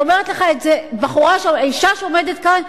ואומרת לך את זה אשה שעומדת כאן,